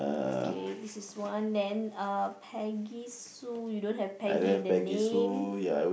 K this is one then uh Peggy Sue you don't have Peggy in the name